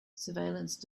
surveillance